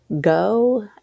go